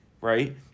right